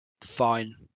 fine